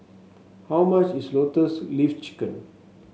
how much is Lotus Leaf Chicken